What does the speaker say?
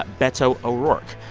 beto o'rourke.